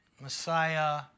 Messiah